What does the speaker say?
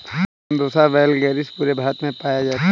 Bambusa वैलगेरिस पूरे भारत में पाया जाता है